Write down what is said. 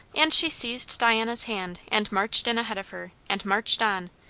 and she seized diana's hand and marched in ahead of her, and marched on,